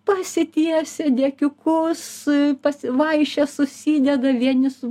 pasitiesia dekiukus pasi vaišes susideda vieni su